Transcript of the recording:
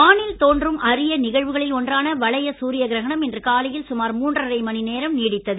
வானில் தோன்றும் அரிய நிகழ்வுகளில் ஒன்றான வளைய சூரிய கிரகணம் இன்று காலையில் சுமார் மூன்றரை மணி நேரம் நீடித்தது